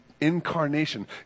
incarnation